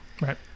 Right